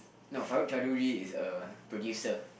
no Farooq-Chaudhry is a producer